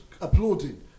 applauding